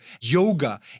yoga